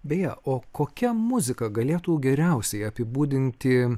beje o kokia muzika galėtų geriausiai apibūdinti